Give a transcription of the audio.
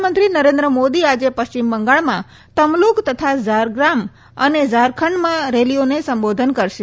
પ્રધાનમંત્રી નરેન્દ્ર મોદી આજે પશ્ચિમ બંગાળમાં તમલુક તથા ઝારગ્રામ અને ઝારખંડમાં રેલીઓમાં સંબોધન કરશે